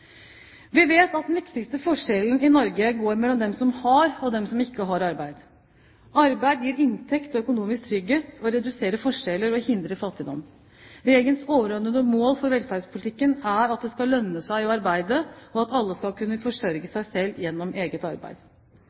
Vi vet at den viktigste forskjellen i Norge går mellom dem som har og dem som ikke har arbeid. Arbeid gir inntekt og økonomisk trygghet, og reduserer forskjeller og hindrer fattigdom. Regjeringens overordnede mål for velferdspolitikken er at det skal lønne seg å arbeide, og at alle skal kunne forsørge seg selv gjennom eget arbeid.